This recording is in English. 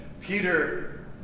Peter